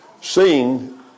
Seeing